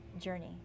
journey